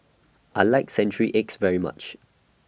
I like Century Eggs very much